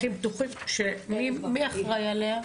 גם שמירת טבע.